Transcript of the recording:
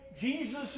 Jesus